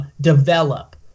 develop